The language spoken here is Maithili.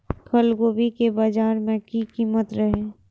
कल गोभी के बाजार में की कीमत रहे?